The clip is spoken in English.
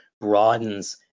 broadens